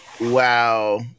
Wow